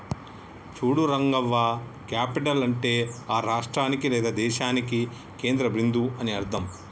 చూడు రంగవ్వ క్యాపిటల్ అంటే ఆ రాష్ట్రానికి లేదా దేశానికి కేంద్ర బిందువు అని అర్థం